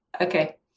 Okay